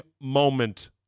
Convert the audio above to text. moment